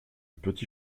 petit